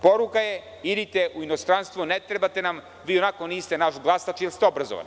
Poruka je – idite u inostranstvo, ne trebate nam, vi ionako niste naš glasač jer ste obrazovani.